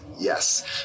yes